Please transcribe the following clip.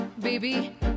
Baby